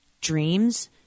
dreams